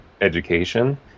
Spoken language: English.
education